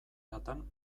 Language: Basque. latan